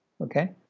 okay